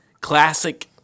classic